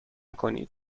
کنید